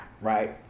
right